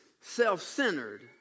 self-centered